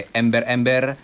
ember-ember